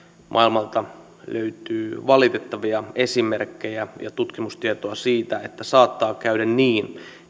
maailmalta löytyy valitettavia esimerkkejä ja ja tutkimustietoa siitä että saattaa käydä niin